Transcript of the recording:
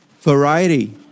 variety